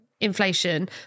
inflation